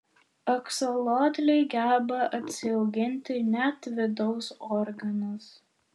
aksolotliai geba atsiauginti net vidaus organus